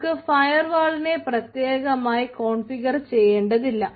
നമുക്ക് ഫയർവാളിനെ പ്രത്യേകമായി കോൺഫിഗർ ചെയ്യേണ്ടതില്ല